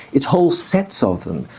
it's whole sets of them.